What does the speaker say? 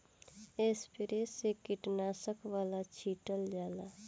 sprayer से कीटनाशक वाला छीटल जाला